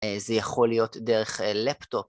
זה יכול להיות דרך לפטופ.